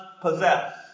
possess